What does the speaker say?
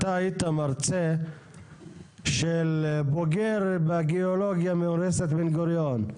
אתה היית מרצה של בוגר בגיאולוגיה מאוניברסיטת בן גוריון.